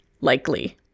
likely